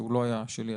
שהוא לא היה שלי,